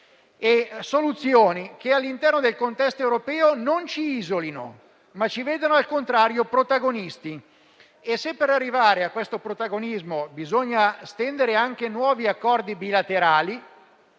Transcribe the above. e soluzioni che all'interno del contesto europeo non ci isolino, ma ci vedano, al contrario, protagonisti. Se per arrivare a questo protagonismo bisogna concludere anche nuovi accordi bilaterali,